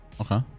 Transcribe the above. okay